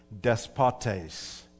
Despotes